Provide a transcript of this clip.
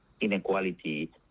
inequality